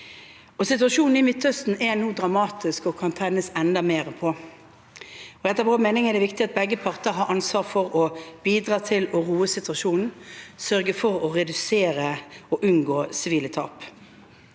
Situasjonen i Midtøsten er nå dramatisk og kan tennes på enda mer. Etter vår mening er det viktig at begge parter har ansvar for å bidra til å roe situasjonen, sørge for å redusere og unngå sivile tap.